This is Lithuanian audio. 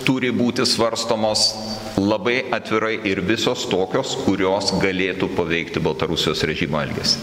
turi būti svarstomos labai atvirai ir visos tokios kurios galėtų paveikti baltarusijos režimo elgesį